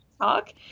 talk